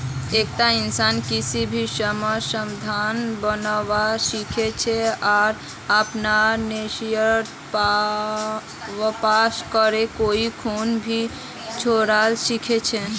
एकता इंसान किसी भी समयेत सदस्य बनवा सीखा छे आर अपनार शेयरक वापस करे कोई खूना भी छोरवा सीखा छै